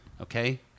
okay